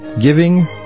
giving